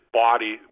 body